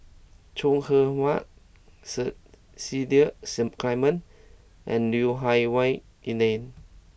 Chong Heman Cecil Clementi and Lui Hah Wah Elena